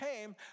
came